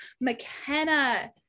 McKenna